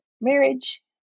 marriage